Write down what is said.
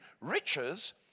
Riches